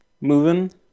moving